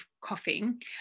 coughing